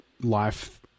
life